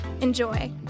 Enjoy